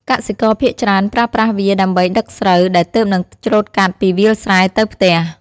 កសិករភាគច្រើនប្រើប្រាស់វាដើម្បីដឹកស្រូវដែលទើបនឹងច្រូតកាត់ពីវាលស្រែទៅផ្ទះ។